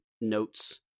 notes